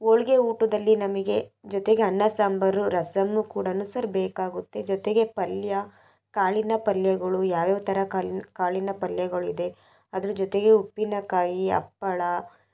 ಹೋಳ್ಗೆ ಊಟದಲ್ಲಿ ನಮಗೆ ಜೊತೆಗೆ ಅನ್ನ ಸಾಂಬಾರು ರಸಮ್ಮು ಕೂಡಾನು ಸರ್ ಬೇಕಾಗುತ್ತೆ ಜೊತೆಗೆ ಪಲ್ಯ ಕಾಳಿನ ಪಲ್ಯಗಳು ಯಾವ್ಯಾವ ಥರ ಕಾಳಿನ್ ಕಾಳಿನ ಪಲ್ಯಗಳು ಇದೆ ಅದರ ಜೊತೆಗೆ ಉಪ್ಪಿನಕಾಯಿ ಹಪ್ಪಳಾ